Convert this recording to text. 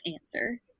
answer